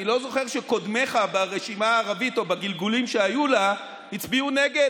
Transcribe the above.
אני לא זוכר שקודמיך ברשימה הערבית או בגלגולים שהיו לה הצביעו נגד.